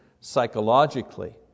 psychologically